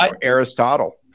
Aristotle